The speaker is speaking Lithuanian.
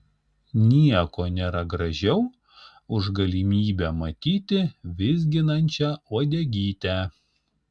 nieko nėra gražiau už galimybę matyti vizginančią uodegytę